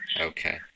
Okay